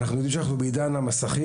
אנחנו יודעים שאנחנו בעידן המסכים,